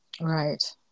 right